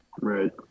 Right